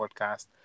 podcast